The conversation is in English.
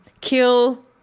kill